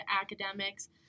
academics